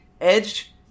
Edge